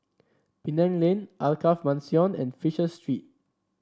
Penang Lane Alkaff Mansion and Fisher Street